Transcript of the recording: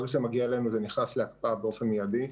אחרי שזה מגיע אלינו זה נכנס להקפאה באופן מידי.